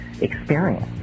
experience